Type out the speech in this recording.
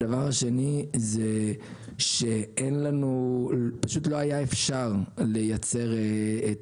הדבר השני הוא שפשוט לא היה אפשר לייצר את